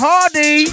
Hardy